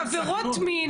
זה עבירות מין.